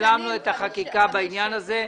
השלמנו את החקיקה בעניין הזה.